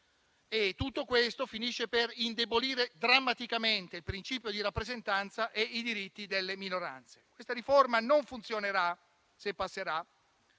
tutto questo finisce per indebolire drammaticamente il principio di rappresentanza e i diritti delle minoranze. Questa riforma non funzionerà se passerà,